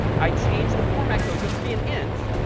i change the format code just to be an int.